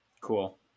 Cool